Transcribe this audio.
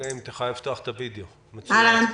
אהלן.